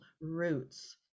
roots